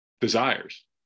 desires